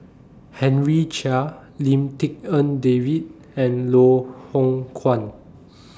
Henry Chia Lim Tik En David and Loh Hoong Kwan